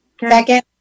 Second